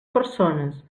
persones